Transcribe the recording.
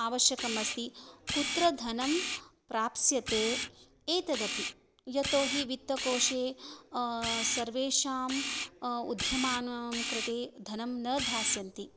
आवश्यकम् अस्ति कुत्र धनं प्राप्स्यते एतदपि यतो हि वित्तकोषे सर्वेषाम् उद्यमानां कृते धनं न दास्यन्ति